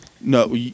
No